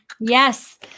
Yes